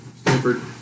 Stanford